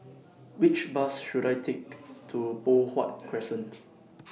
Which Bus should I Take to Poh Huat Crescent